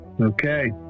Okay